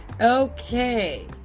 Okay